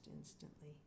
instantly